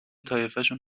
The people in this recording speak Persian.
طایفشون